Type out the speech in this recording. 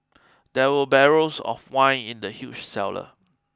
there were barrels of wine in the huge cellar